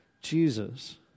Jesus